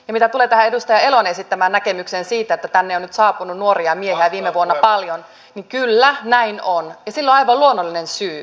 mitä tulee tähän edustaja elon esittämään näkemykseen siitä että tänne on nyt saapunut nuoria miehiä viime vuonna paljon niin kyllä näin on ja sille on aivan luonnollinen syy